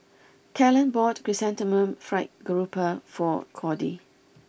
Kellan bought Chrysanthemum Fried Garoupa for Cody